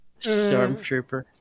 Stormtrooper